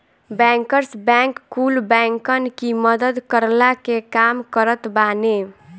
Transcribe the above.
bankers bank कुल बैंकन की मदद करला के काम करत बाने